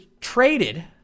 traded